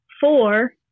Four